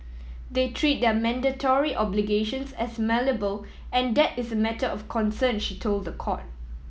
they treat their mandatory obligations as malleable and that is a matter of concern she told the court